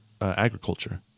agriculture